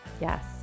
Yes